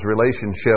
relationship